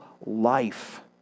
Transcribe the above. life